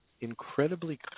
incredibly